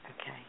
Okay